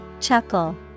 Chuckle